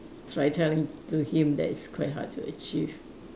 try telling to him that it's quite hard to achieve